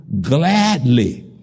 Gladly